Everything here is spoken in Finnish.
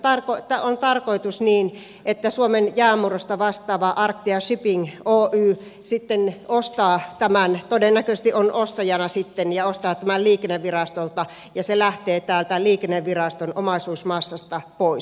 nythän on tarkoitus niin että suomen jäänmurrosta vastaava arctia shipping oy todennäköisesti on ostajana ja ostaa tämän liikennevirastolta ja se lähtee liikenneviraston omaisuusmassasta pois